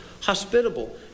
hospitable